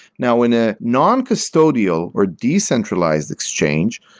now in a noncustodial or decentralized exchange,